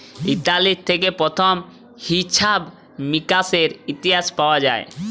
Italy থেক্যে প্রথম হিছাব মিকাশের ইতিহাস পাওয়া যায়